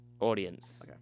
Audience